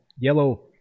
yellow